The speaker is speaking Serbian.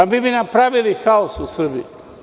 Mi bi napravili haos u Srbiji.